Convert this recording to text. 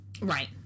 Right